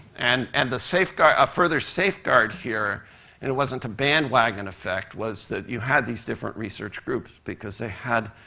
and and the safeguard a further safeguard here and it wasn't a bandwagon effect was that you had these different research groups because they had